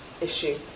issue